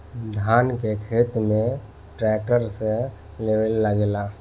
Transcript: धान के खेत में ट्रैक्टर से लेव लागेला